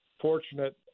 fortunate